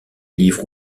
livres